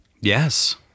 Yes